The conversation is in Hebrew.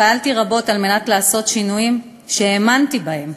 פעלתי רבות על מנת לעשות שינויים שהאמנתי בהם,